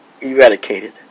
eradicated